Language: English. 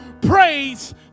Praise